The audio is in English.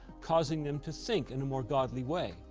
causing them to think in a more godly way.